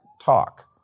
talk